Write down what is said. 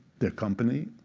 their company,